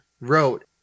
wrote